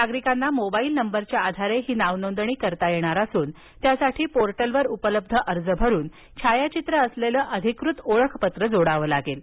नागरिकांना मोबाईल नंबरच्या आधारे ही नावनोंदणी करता येणार असून त्यासाठी पोर्टल वर उपलब्ध अर्ज भरून छायाचित्र असलेलं अधिकृत ओळखपत्र जोडावं लागणार आहे